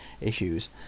issues